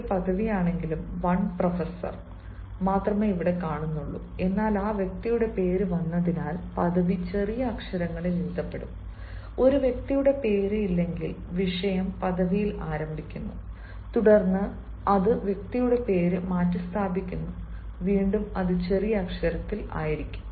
professor ഒരു പദവിയാണെങ്കിലും one professor മാത്രമേ ഇവിടെ കാണുകയുള്ളൂ എന്നാൽ ആ വ്യക്തിയുടെ പേര് വന്നതിനാൽ പദവി ചെറിയ അക്ഷരങ്ങളിൽ എഴുതപ്പെടും ഒരു വ്യക്തിയുടെ പേര് ഇല്ലെങ്കിൽ വിഷയം പദവിയിൽ ആരംഭിക്കുന്നു തുടർന്ന് അത് വ്യക്തിയുടെ പേര് മാറ്റിസ്ഥാപിക്കുന്നു വീണ്ടും അത് ചെറിയ അക്ഷരത്തിൽ ആയിരിക്കും